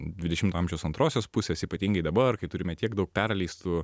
dvidešimto amžiaus antrosios pusės ypatingai dabar kai turime tiek daug perleistų